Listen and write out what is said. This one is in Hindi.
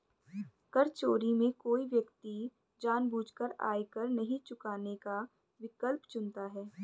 कर चोरी में कोई व्यक्ति जानबूझकर आयकर नहीं चुकाने का विकल्प चुनता है